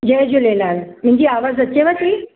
जय झूलेलाल मुंहिंजी आवाज़ अचेव थी